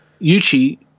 Yuchi